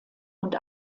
und